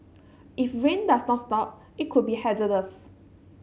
if rain does not stop it could be hazardous